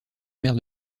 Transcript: maire